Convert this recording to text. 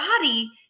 body